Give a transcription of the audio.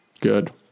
Good